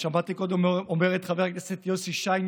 שמעתי קודם את חבר הכנסת יוסי שיין,